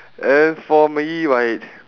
and for me right